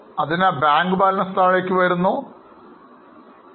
ഇപ്പോൾ നമ്മൾ ലാഭം ഓഹരി ഉടമകൾക്ക് നൽകി എന്ന് കരുതുക